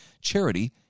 charity